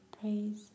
praise